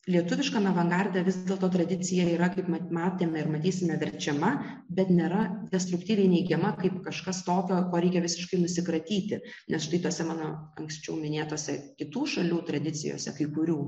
lietuviškame avangarde vis dėlto tradicija yra kaip matėme ir matysime verčiama bet nėra destruktyviai neigiama kaip kažkas tokio ko reikia visiškai nusikratyti nes štai tose mano anksčiau minėtose kitų šalių tradicijose kai kurių